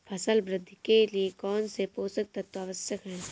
फसल वृद्धि के लिए कौनसे पोषक तत्व आवश्यक हैं?